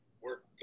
work